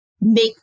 make